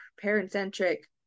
parent-centric